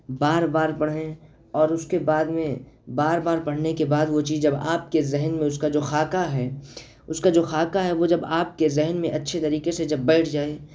بار بار پڑھیں اور اس کے بعد میں بار بار پڑھنے کے بعد وہ چیز جب آپ کے ذہن میں اس کا جو خاکہ ہے اس کا جو خاکہ ہے وہ جب آپ کے ذہن میں اچھے طریقے سے جب بیٹھ جائے